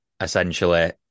essentially